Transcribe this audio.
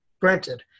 Granted